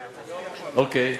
אוקיי,